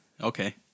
Okay